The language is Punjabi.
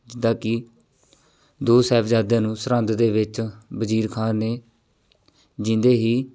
ਜਿੱਦਾਂ ਕਿ ਦੋ ਸਾਹਿਬਜ਼ਾਦਿਆਂ ਨੂੰ ਸਰਹੰਦ ਦੇ ਵਿੱਚ ਵਜ਼ੀਰ ਖਾਨ ਨੇ ਜੀਂਦੇ ਹੀ